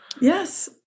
Yes